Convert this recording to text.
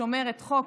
שומרת חוק,